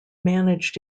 managed